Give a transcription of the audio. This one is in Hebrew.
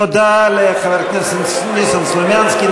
תודה לחבר הכנסת ניסן סלומינסקי.